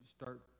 start